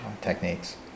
techniques